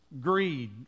Greed